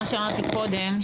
מה שאמרתי קודם,